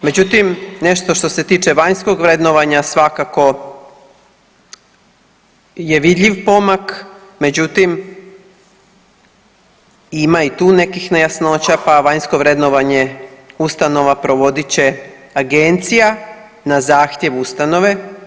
Međutim, nešto što se tiče vanjskog vrednovanja svakako je vidljiv pomak, međutim ima i tu nekih nejasnoća pa vanjsko vrednovanje ustanova provodit će agencija na zahtjev ustanove.